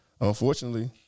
Unfortunately